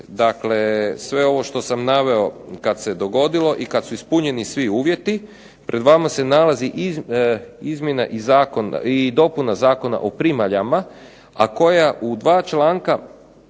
dakle sve ovo što sam naveo kad se dogodilo i kad su ispunjeni svi uvjeti, pred vama se nalazi izmjena i dopuna Zakona o primaljama, a koja u dva članka